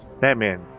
Batman